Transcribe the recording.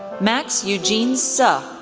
max eugene so